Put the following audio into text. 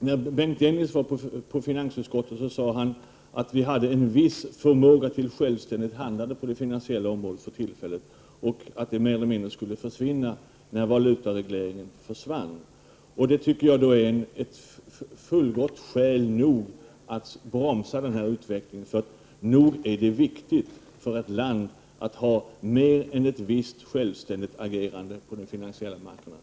När Bengt Dennis var i finansutskottet sade han att vi hade en viss förmåga till självständigt handlande på det finansiella området för tillfället men att det mer eller mindre skulle försvinna när valutaregleringen försvann. Det tycker jag är ett fullgott skäl att bromsa utvecklingen, för nog är det viktigt för ett land att kunna ha ett visst självständigt agerande på den finansiella marknaden.